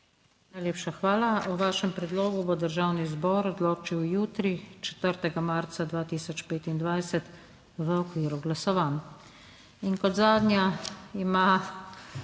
Najlepša hvala. O vašem predlogu bo Državni zbor odločil jutri, 4. marca 2025, v okviru glasovanj. In kot zadnja ima